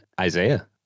Isaiah